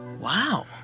Wow